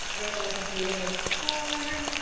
i don't know what this meeting is for.